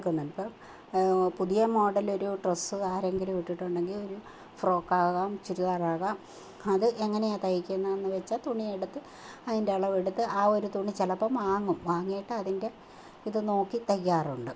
നമുക്ക് പുതിയ മോഡലൊരു ഡ്രസ്സ് ആരെങ്കിലും ഇട്ടിട്ടുണ്ടെങ്കിൽ ഒരു ഫ്രോക്കാകാം ചുരിദാറാകാം അതെങ്ങനെയാണ് തയ്ക്കുന്നതെന്നു വെച്ചാൽ തുണിയെടുത്ത് അതിൻ്റെ അളവെടുത്ത് ആ ഒരു തുണി ചിലപ്പോൾ വാങ്ങും വാങ്ങിയിട്ട് അതിൻ്റെ ഇതു നോക്കി തയ്ക്കാറുണ്ട്